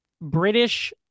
British